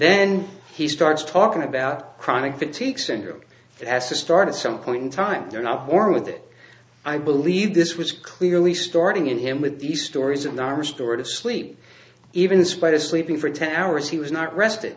then he starts talking about chronic fatigue syndrome it has to start at some point in time you're not born with it i believe this was clearly starting in him with the stories in our storage of sleep even in spite of sleeping for ten hours he was not rested